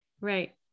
right